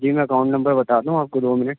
جی میں account number بتا دوں آپ کو دو منٹ